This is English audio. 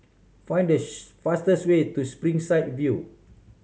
find the fastest way to Springside View